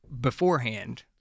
beforehand